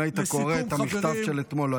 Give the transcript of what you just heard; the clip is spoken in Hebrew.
אם היית קורא את המכתב של אתמול,